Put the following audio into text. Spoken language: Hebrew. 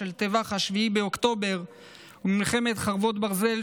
של טבח 7 באוקטובר ומלחמת חרבות ברזל,